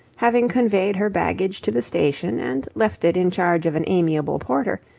having conveyed her baggage to the station and left it in charge of an amiable porter,